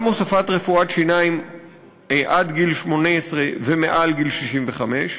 גם הוספת רפואת שיניים עד גיל 18 ומעל גיל 65,